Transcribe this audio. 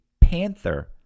Panther